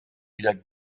wieder